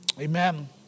Amen